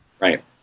right